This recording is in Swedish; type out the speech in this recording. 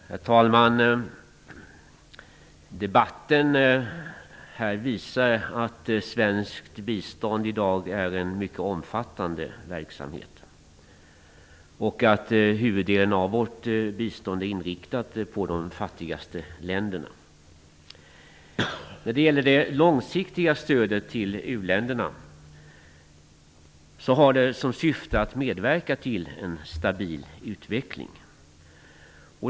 Herr talman! Debatten här visar att det svenska biståndet i dag utgör en mycket omfattande verksamhet och att huvuddelen av vårt bistånd är inriktat på de fattigaste länderna. Syftet med det långsiktiga stödet till u-länderna är att medverka till en stabil utveckling.